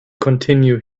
continue